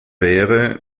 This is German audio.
wäre